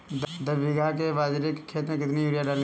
दस बीघा के बाजरे के खेत में कितनी यूरिया डालनी चाहिए?